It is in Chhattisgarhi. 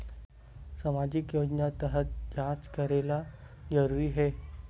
सामजिक योजना तहत जांच करेला जरूरी हे